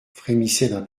frémissaient